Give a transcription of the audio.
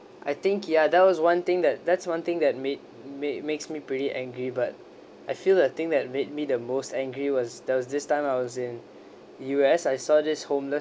I think ya that was one thing that that's one thing that made made makes me pretty angry but I feel the thing that made me the most angry was there was this time I was in U_S I saw this homeless